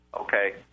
Okay